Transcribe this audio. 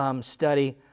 Study